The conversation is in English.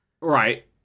right